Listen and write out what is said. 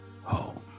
home